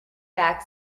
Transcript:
back